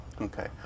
Okay